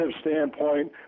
standpoint